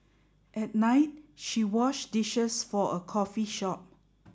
at night she washed dishes for a coffee shop